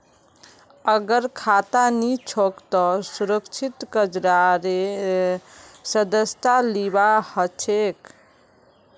अगर खाता नी छोक त सुरक्षित कर्जेर सदस्यता लिबा हछेक